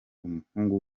umuhungu